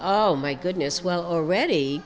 oh my goodness well already